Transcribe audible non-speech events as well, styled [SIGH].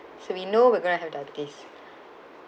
so we know we're going to have diabetes [BREATH]